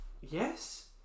Yes